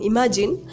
Imagine